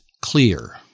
clear